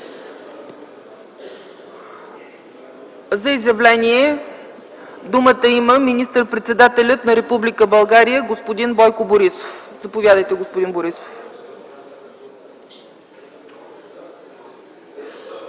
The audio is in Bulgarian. За изявление думата има министър-председателят на Република България господин Бойко Борисов. Заповядайте, господин Борисов.